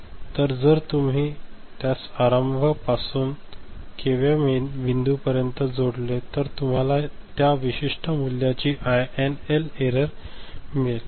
तर जर तुम्ही त्यास आरंभ पासून के व्या बिंदूपर्यंत जोडले तर तुम्हाला त्या विशिष्ट मूल्याची आयएनएल एरर मिळेल